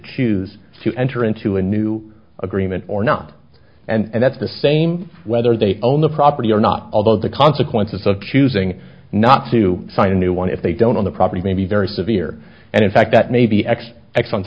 choose to enter into a new agreement or not and that's the same whether they own the property or not although the consequences of choosing not to sign a new one if they don't own the property may be very severe and in fact that may be ex